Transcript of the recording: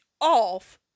off